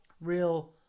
real